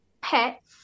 pets